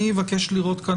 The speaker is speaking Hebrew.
אני אבקש לראות כאן,